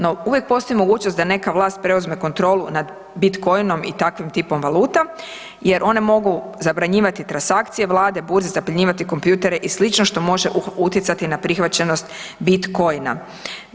No uvijek postoji mogućnost da neka vlast preuzme kontrolu nad bitcoin-om i takvim tipom valuta jer one mogu zabranjivati transakcije vlade, burze zapljenjivati kompjutere i slično, što može utjecati na prihvaćenost bitcoin-a.